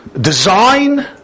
Design